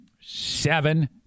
Seven